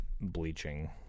bleaching